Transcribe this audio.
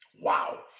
Wow